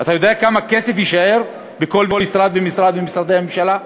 אתה יודע כמה כסף יישאר בכל משרד ומשרד ממשרדי הממשלה?